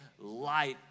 light